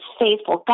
faithful